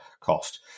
cost